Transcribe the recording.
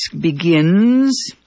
begins